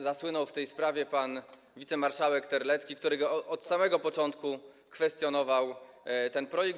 Zasłynął w tej sprawie pan wicemarszałek Terlecki, który od samego początku kwestionował ten projekt.